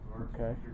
Okay